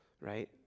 right